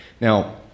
Now